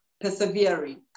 persevering